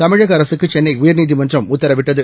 தமிழக அரசுக்கு சென்னை உயர்நீதிமன்றம் உத்தரவிட்டது